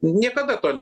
niekada to